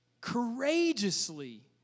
courageously